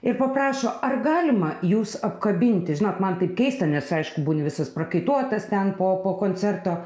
ir paprašo ar galima jus apkabinti žinot man tai keista nes aišku būni visas prakaituotas ten po po koncerto